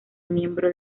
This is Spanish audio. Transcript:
miembro